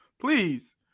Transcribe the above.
please